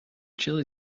chilli